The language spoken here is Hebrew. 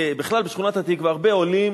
בכלל בשכונת-התקווה, יש הרבה עולים,